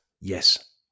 yes